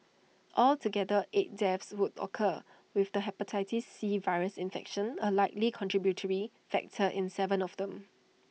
altogether eight deaths would occur with the Hepatitis C virus infection A likely contributory factor in Seven of them